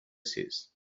sis